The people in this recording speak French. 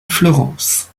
florence